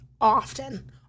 often